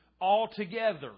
altogether